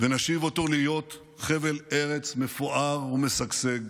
ונשיב אותו להיות חבל ארץ מפואר ומשגשג.